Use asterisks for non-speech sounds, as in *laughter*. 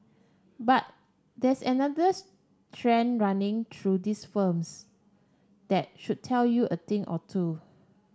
but there's another *unintelligible* running through these firms that should tell you a thing or two